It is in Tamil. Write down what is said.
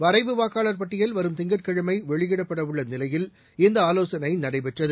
வரைவு வாக்காளர் பட்டியல் வரும் திங்கட்கிழமை வெளியிடப்பட உள்ள நிலையில் இந்த ஆலோசனை நடைபெற்றது